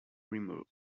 removed